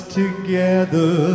together